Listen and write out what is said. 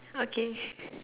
okay